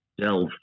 Delve